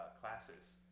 classes